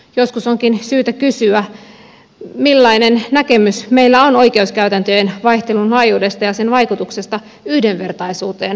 joskus onkin syytä kysyä millainen näkemys meillä on oikeuskäytäntöjen vaihtelun laajuudesta ja sen vaikutuksesta yhdenvertaisuuteen lain edessä